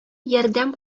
ярдәм